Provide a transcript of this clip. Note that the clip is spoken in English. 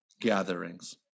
gatherings